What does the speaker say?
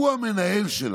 הוא המנהל שלנו.